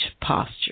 posture